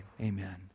Amen